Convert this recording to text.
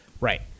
right